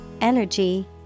energy